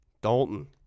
Dalton